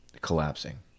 collapsing